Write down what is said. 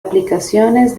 aplicaciones